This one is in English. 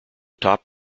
top